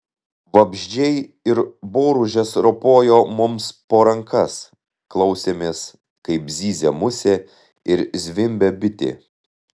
vabzdžiai ir boružės ropojo mums po rankas klausėmės kaip zyzia musė ir zvimbia bitė